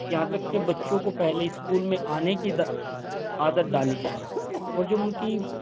یہاں تک کہ بچّوں کو پہلے اسکول میں آنے کی عادت ڈالی جائے اور جو ان کی